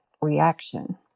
reaction